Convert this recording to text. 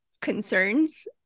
concerns